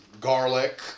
garlic